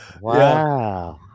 Wow